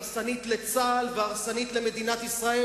הרסנית לצה"ל והרסנית למדינת ישראל,